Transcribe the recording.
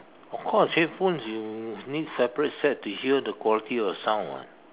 of course headphones you need separate set to hear the quality of the sound [what]